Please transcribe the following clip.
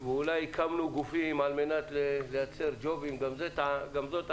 ואולי הקמנו גופים על מנת לייצר ג'ובים גם זאת טענה.